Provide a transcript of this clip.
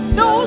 no